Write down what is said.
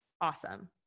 Awesome